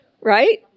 Right